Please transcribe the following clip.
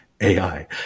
AI